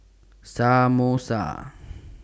Samosa